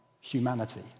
humanity